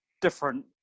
different